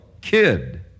kid